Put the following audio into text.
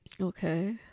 Okay